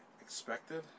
expected